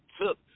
took